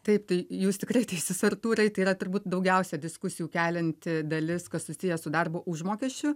taip tai jūs tikrai teisus artūrai tai yra turbūt daugiausia diskusijų kelianti dalis kas susiję su darbo užmokesčiu